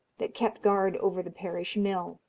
that kept guard over the parish mill.